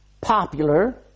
popular